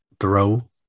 throw